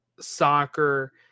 soccer